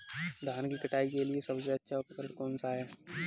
धान की कटाई के लिए सबसे अच्छा उपकरण कौन सा है?